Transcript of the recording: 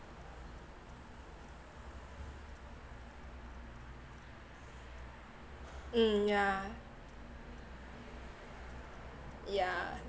mm yeah yeah